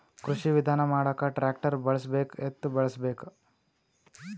ಕೃಷಿ ವಿಧಾನ ಮಾಡಾಕ ಟ್ಟ್ರ್ಯಾಕ್ಟರ್ ಬಳಸಬೇಕ, ಎತ್ತು ಬಳಸಬೇಕ?